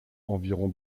environ